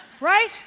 right